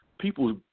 people